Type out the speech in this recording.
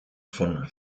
von